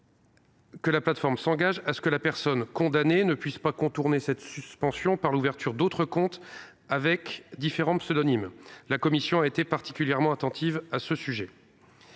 que la plateforme s’engage à ce que la personne condamnée ne puisse contourner cette suspension par l’ouverture d’autres comptes, avec différents pseudonymes. La commission spéciale a été particulièrement attentive à ce sujet.